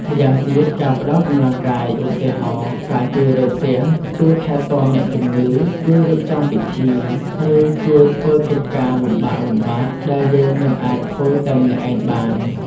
ម្យ៉ាងទៀត ការផ្តល់កម្លាំងកាយ ឧទាហរណ៍ ការជួយរើផ្ទះ ជួយថែទាំអ្នកជំងឺ ជួយរៀបចំពិធី ឬជួយធ្វើកិច្ចការលំបាកៗ ដែលយើងមិនអាចធ្វើតែម្នាក់ឯងបាន។